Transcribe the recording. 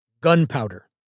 gunpowder